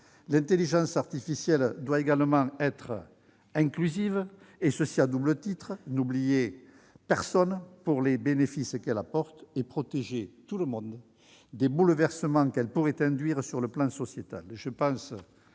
L'intelligence artificielle doit également être inclusive, et ce à double titre : n'oublier personne pour les bénéfices qu'elle apporte, et protéger tout le monde des bouleversements qu'elle pourrait induire sur le plan sociétal.